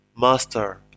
Master